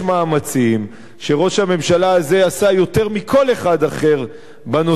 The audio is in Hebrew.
שראש הממשלה הזה עשה יותר מכל אחד אחר בנושא הזה,